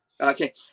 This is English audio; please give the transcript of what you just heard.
Okay